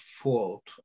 fault